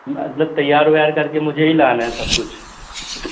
مطلب تیار اُیّار کر کے مجھے ہی لانا ہے سب کچھ